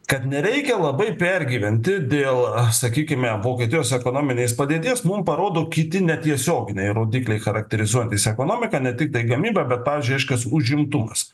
kad nereikia labai pergyventi dėl sakykime vokietijos ekonominės padėties mum parodo kiti netiesioginiai rodikliai charakterizuojantys ekonomiką ne tiktai gamyba bet pavyzdžiai reiškias užimtumas